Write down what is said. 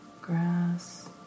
grass